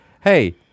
Hey